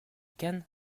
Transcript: kahn